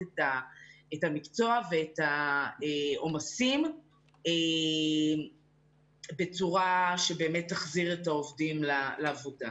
המקצוע ואת העומסים בצורה שתחזיר את העובדים לעבודה.